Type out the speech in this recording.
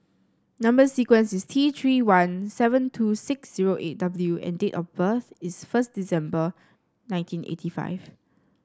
number sequence is T Three one seven two six zero eight W and date of birth is first December nineteen eighty five